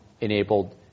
enabled